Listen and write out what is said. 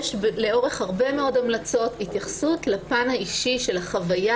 יש לאורך הרבה מאוד המלצות התייחסות לפן האישי של החוויה